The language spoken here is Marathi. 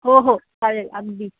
हो हो चालेल अगदी